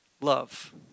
love